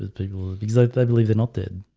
people exactly i believe they're not dead